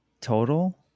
Total